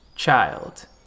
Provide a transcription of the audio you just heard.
child